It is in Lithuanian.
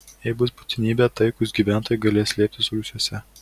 jei bus būtinybė taikūs gyventojai galės slėptis rūsiuose